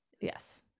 Yes